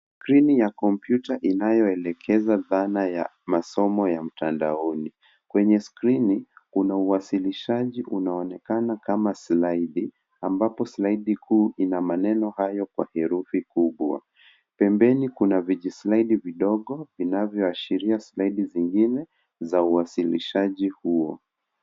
Skrini ya kompyuta inayoelekeza dhana ya masomo ya mtandaoni. Kwenye skrini kuna uwasilishaji unaonekana kama slidi ambapo slaidi kuu ina maeno hayo kwa herufi kubwa. Pembeni kuna vijislaidi vidogo vinavyoashiria slaidi zingine za uwasilizaji huo.